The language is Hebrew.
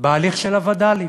בהליך של הווד"לים,